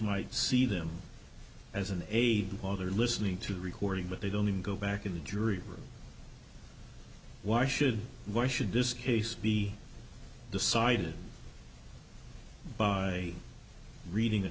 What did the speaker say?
might see them as an aid while they're listening to the recording but they don't even go back in the jury room why should why should this case be decided by reading